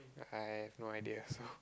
I have no idea so